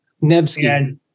Nevsky